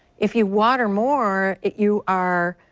if you water more you are.